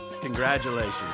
Congratulations